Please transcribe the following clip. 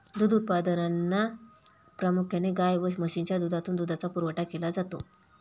दूध उत्पादनात प्रामुख्याने गाय व म्हशीच्या दुधातून दुधाचा पुरवठा केला जातो